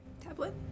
Tablet